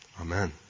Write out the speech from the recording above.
Amen